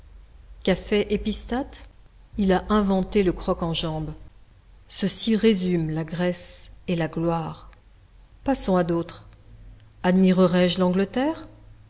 fait épisthate il a inventé le croc-en-jambe ceci résume la grèce et la gloire passons à d'autres admirerai je l'angleterre